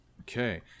Okay